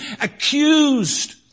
accused